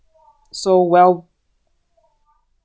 so well